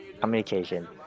communication